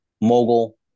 mogul